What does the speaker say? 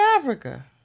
Africa